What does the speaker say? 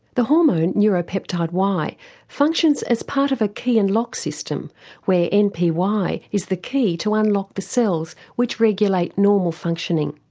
the hormone neuropeptide y functions as part of a key and lock system where npy is the key to unlock the cells which regulate normal functioning.